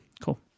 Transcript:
Cool